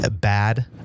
bad